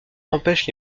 empêchent